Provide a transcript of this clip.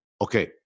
okay